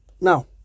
Now